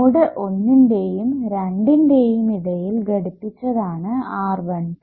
node ഒന്നിന്റെയും രണ്ടിന്റെയും ഇടയിൽ ഘടിപ്പിച്ചതാണ് R12